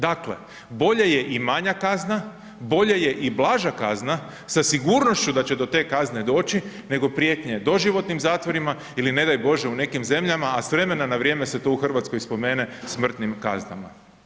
Dakle bolje je i manja kazna, bolje je blaža kazna sa sigurnošću da će do te kazne doći nego prijetnji doživotnim zatvorima ili ne daj bože u nekim zemljama a s vremena na vrijeme se to u Hrvatskoj spomene, smrtnim kaznama.